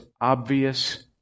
obvious